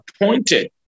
appointed